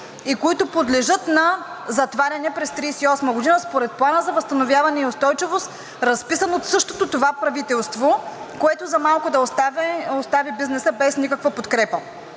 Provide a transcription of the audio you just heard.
и които подлежат на затваряне през 2038 г. според Плана за възстановяване и устойчивост, разписан от същото това правителство, което за малко да остави бизнеса без никаква подкрепа.